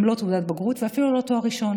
גם לא תעודת בגרות ואפילו לא תואר ראשון,